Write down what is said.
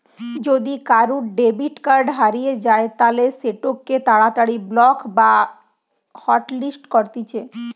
যদি কারুর debit card হারিয়ে যায় তালে সেটোকে তাড়াতাড়ি ব্লক বা হটলিস্ট করতিছে